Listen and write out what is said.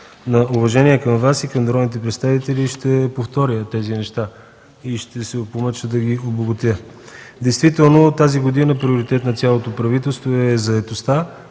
на уважение към Вас и към народните представители ще повторя тези неща и ще се помъча да ги обогатя. Действително тази година приоритет на цялото правителство е заетостта